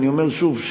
אני אומר שוב,